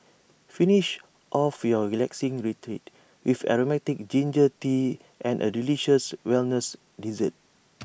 finish off your relaxing retreat with Aromatic Ginger Tea and A delicious wellness dessert